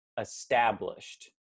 established